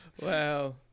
wow